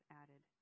added